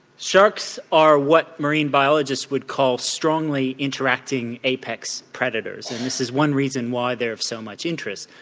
sharks are what marine biologists would call strongly interacting apex predators and this is one reason why they are of so much interest.